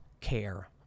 care